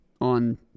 on